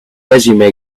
resume